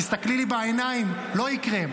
תסתכלי לי בעיניים: לא יקרה.